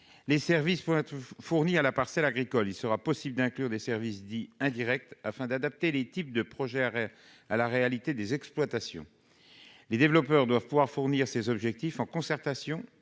être fournis à la parcelle agricole, en y incluant des services dits « indirects », afin d'adapter les types de projets à la réalité des exploitations. Les développeurs doivent pouvoir atteindre ces objectifs en concertation